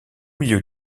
milieu